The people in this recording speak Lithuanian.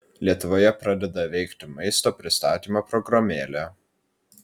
lietuvoje pradeda veikti maisto pristatymo programėlė